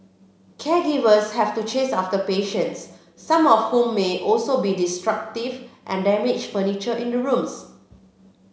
caregivers have to chase after patients some of whom may also be destructive and damage furniture in the rooms